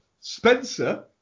Spencer